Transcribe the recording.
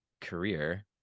career